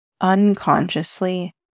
unconsciously